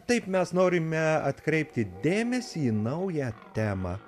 taip mes norime atkreipti dėmesį į naują temą